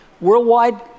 worldwide